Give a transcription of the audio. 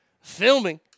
Filming